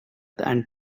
and